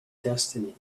destiny